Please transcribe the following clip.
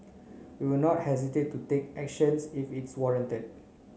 we will not hesitate to take actions if it's warranted